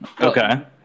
Okay